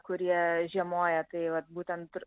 kurie žiemoja tai vat būtent